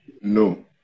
no